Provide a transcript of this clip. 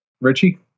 Richie